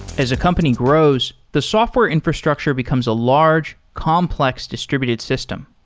as a company grows, the software infrastructure becomes a large complex distributed system.